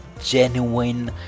genuine